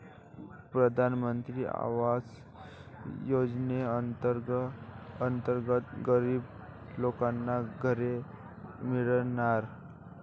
प्रधानमंत्री आवास योजनेअंतर्गत गरीब लोकांना घरे मिळणार